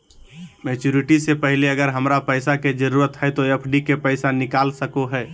Maturity से पहले अगर हमरा पैसा के जरूरत है तो एफडी के पैसा निकल सको है?